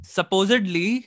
Supposedly